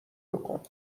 بکن